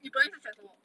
你本来是讲什么